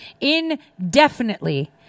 indefinitely